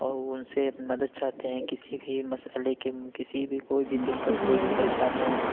اور وہ ان سے مدد چاہتے ہیں کسی بھی مسئلے کسی بھی کوئی بھی دقت کوئی بھی پریشانی ہو